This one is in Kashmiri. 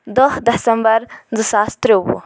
دَہ دسمبَر زٕ ساس ترٛیٛووُہ